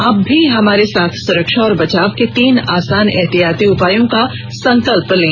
आप भी हमारे साथ सुरक्षा और बचाव के तीन आसान एहतियाती उपायों का संकल्प लें